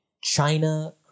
China